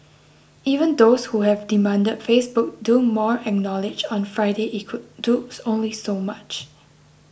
even those who have demanded Facebook do more acknowledged on Friday it could do only so much